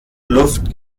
luft